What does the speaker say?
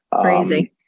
Crazy